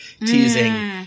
teasing